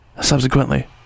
Subsequently